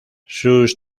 sus